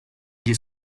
gli